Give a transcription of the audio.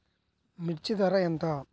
మిర్చి ధర ఎంత?